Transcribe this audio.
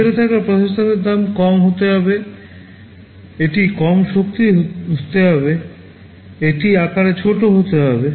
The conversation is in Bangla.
ভিতরে থাকা প্রসেসরের দাম কম হতে হবে এটি কম শক্তি হতে হবে এটি আকারে ছোট হতে হবে